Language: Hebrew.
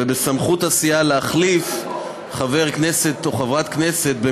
ובסמכות הסיעה להחליף חבר כנסת או חברת כנסת אם